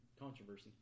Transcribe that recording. Controversy